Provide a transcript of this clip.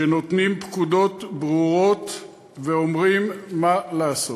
שנותנים פקודות ברורות ואומרים מה צריך לעשות,